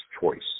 choice